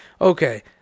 okay